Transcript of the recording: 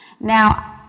Now